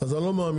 אז אני לא מאמין.